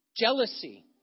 jealousy